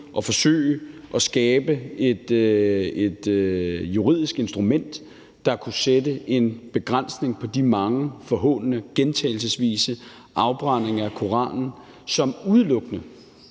og forsøge at skabe et juridisk instrument, der kunne sætte en begrænsning for de mange gentagelsesvise forhånende afbrændinger af Koranen, som udelukkende